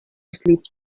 slipped